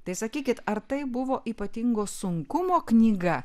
tai sakykit ar tai buvo ypatingo sunkumo knyga